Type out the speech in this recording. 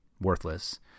worthless